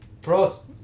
Pros